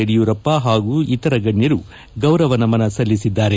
ಯಡಿಯೂರಪ್ಪ ಹಾಗೂ ಇತರ ಗಣ್ಕರು ಗೌರವ ನಮನ ಸಲ್ಲಿಸಿದ್ದಾರೆ